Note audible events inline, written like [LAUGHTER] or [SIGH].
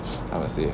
[NOISE] I would say